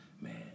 man